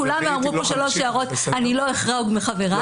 כולם אמרו פה שלוש הערות, אני לא אחרוג מחבריי.